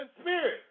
spirit